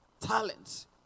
Talents